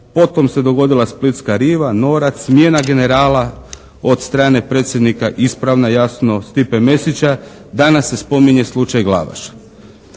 Potom se dogodila «splitska riva», Norac, smjena generala od strane predsjednika jasna ispravna jasno Stipe Mesića. Danas se spominje slučaj Glavaš.